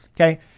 okay